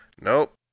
Nope